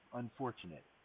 unfortunate